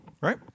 Right